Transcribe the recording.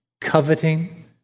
coveting